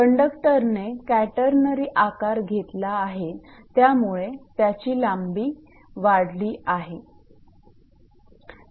कंडक्टरने catenary आकार घेतला आहे त्यामुळे त्याची लांबी वाढली आहे